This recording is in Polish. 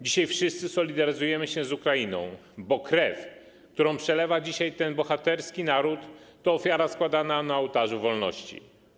Dzisiaj wszyscy solidaryzujemy się z Ukrainą, bo krew, którą przelewa dzisiaj ten bohaterski naród, to ofiara składana na ołtarzu wolności.